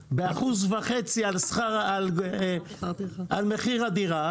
ב-1.5% על מחיר הדירה